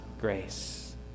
grace